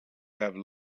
have